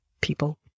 people